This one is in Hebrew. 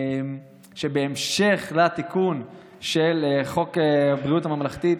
בהמשך לתיקון של חוק הבריאות הממלכתי,